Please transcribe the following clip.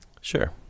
Sure